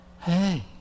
Hey